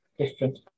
different